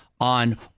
on